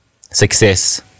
success